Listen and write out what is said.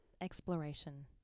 exploration